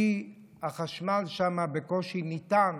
כי החשמל שם בקושי ניתן,